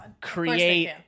create